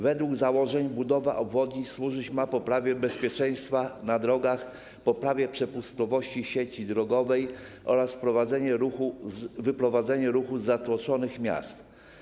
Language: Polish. Według założeń budowa obwodnic służyć ma poprawie bezpieczeństwa na drogach, poprawie przepustowości sieci drogowej oraz wyprowadzeniu ruchu z zatłoczonych miast.